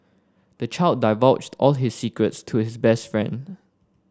the child divulged all his secrets to his best friend